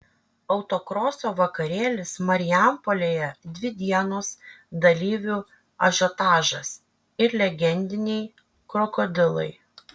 autokroso vakarėlis marijampolėje dvi dienos dalyvių ažiotažas ir legendiniai krokodilai